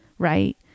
right